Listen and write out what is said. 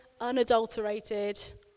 unadulterated